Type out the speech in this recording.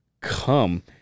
come